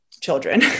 children